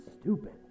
stupid